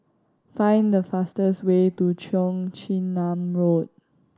find the fastest way to Cheong Chin Nam Road